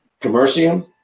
Commercium